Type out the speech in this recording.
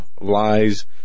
lies